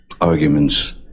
arguments